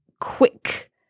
quick